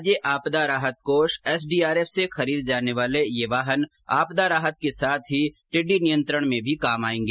राज्य आपदा राहत कोष एसडीआरएफ से खरीदे जाने वाले ये वाहन आपदा राहत के साथ ही टिड्डी नियंत्रण में भी काम आयेंगे